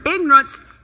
Ignorance